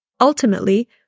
Ultimately